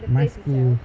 your place got sell